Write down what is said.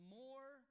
more